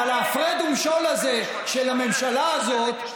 אבל ההפרד ומשול הזה של הממשלה הזאת,